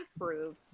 prove